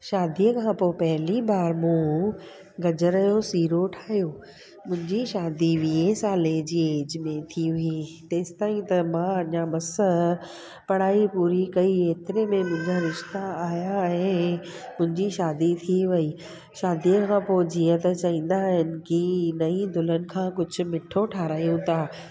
शादीअ खां पोइ पहेली बार मूं गजर जो सीरो ठाहियो मुंहिंजी शादी वीहे साले जी एज में थी हुई तेसताईं त मां अञा मस पढ़ाई पूरी कई एतिरे में मुंहिंजा रिश्ता आहियां ऐं मुंहिंजी शादी थी वेई शादीअ खां पोइ जीअं त चवंदा आहिनि की नई दुल्हन खां कुझु मिठो ठारिहायूं था